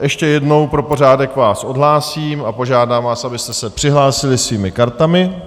Ještě jednou pro pořádek vás odhlásím a požádám vás, abyste se přihlásili svými kartami.